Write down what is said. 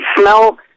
smell